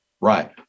right